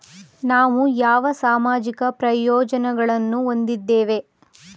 ನಾವು ಯಾವ ಸಾಮಾಜಿಕ ಪ್ರಯೋಜನಗಳನ್ನು ಹೊಂದಿದ್ದೇವೆ?